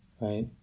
right